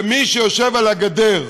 שמי שיושב על הגדר,